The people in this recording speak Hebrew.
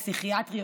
הפסיכיאטריות,